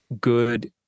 good